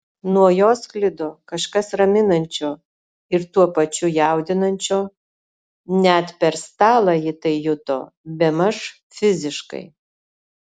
nuo jo sklido kažkas raminančio ir tuo pačiu jaudinančio net per stalą ji tai juto bemaž fiziškai